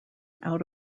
out